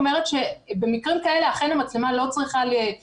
אומרת שבמקרים כאלה אכן המצלמה לא צריכה להיות מופעלת.